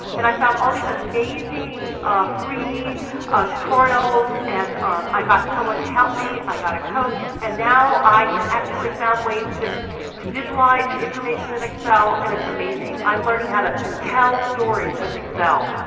and i found all these amazing free tutorials, and i got someone to help me. i got a coach, and now i can actually find ways to to visualize the information in excel, and it's amazing. i'm learning how to tell stories with excel.